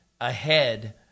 ahead